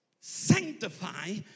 Sanctify